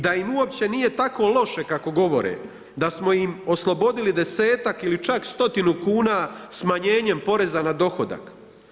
Da im uopće nije tako loše kako govore, da smo im oslobodili desetak ili čak stotinu kuna smanjenjem porezna na dohodak?